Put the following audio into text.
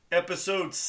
episode